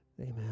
Amen